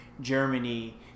Germany